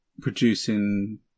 producing